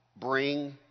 Bring